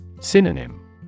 Synonym